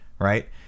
right